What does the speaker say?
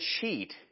cheat